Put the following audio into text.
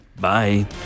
bye